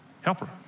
Helper